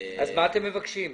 מה אתם מבקשים?